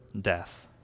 death